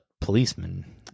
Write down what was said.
policeman